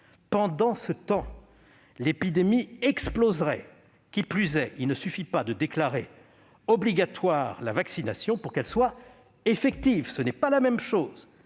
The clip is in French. Pendant ce temps, l'épidémie exploserait. Qui plus est, il ne suffit pas de déclarer la vaccination obligatoire pour qu'elle soit effective. Ce n'est pas la même chose